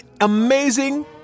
amazing